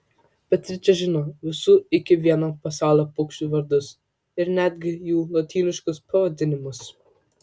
beatričė žinojo visų iki vieno pasaulio paukščių vardus ir netgi jų lotyniškus pavadinimus